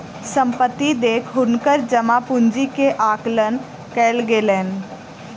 संपत्ति देख हुनकर जमा पूंजी के आकलन कयल गेलैन